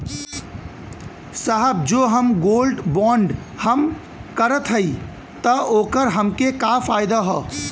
साहब जो हम गोल्ड बोंड हम करत हई त ओकर हमके का फायदा ह?